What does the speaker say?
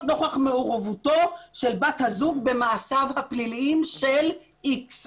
נוכח מעורבותה של בת הזוג במעשיו הפליליים של איקס",